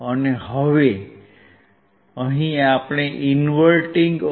અને હવે અહીં આપણે ઇનવર્ટીંગ ઓપ